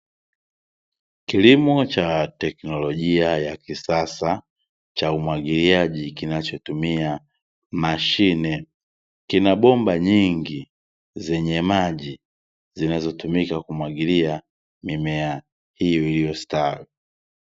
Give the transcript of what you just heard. Kilimo cha teknolojia ya kisasa, cha umwagiliaji kinachotumia mashine, kina bomba nyingi zenye maji, zinazotumika kumwagilia mimea hiyo iliyostawi.